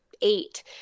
eight